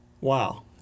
Wow